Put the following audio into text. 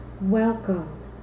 welcome